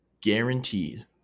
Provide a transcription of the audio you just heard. Guaranteed